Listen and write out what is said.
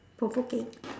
provoking